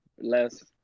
less